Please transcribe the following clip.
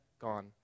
gone